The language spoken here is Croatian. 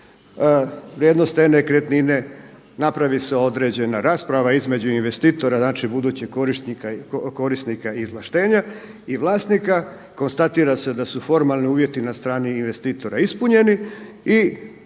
vrijednost te nekretnine, napravi se određena rasprava između investitora, budućeg korisnika izvlaštenja i vlasnika, konstatira se da su formalni uvjeti na strni investitora ispunjeni i